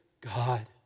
God